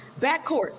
Backcourt